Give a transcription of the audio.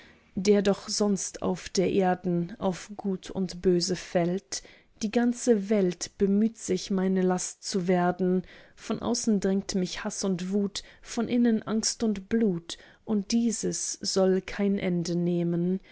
der doch sonst auf der erden auf gut und böse fällt die ganze welt bemüht sich meine last zu werden von außen drängt mich haß und wut von innen angst und blut und dieses soll kein ende nehmen